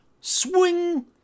swing